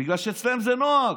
בגלל שאצלם זה נוהג,